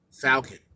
Falcon